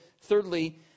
thirdly